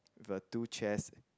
with a two chairs